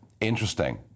interesting